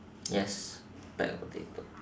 yes bag of potato